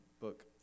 book